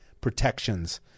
protections